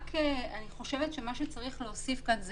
חושבת שמה שצריך להוסיף כאן זה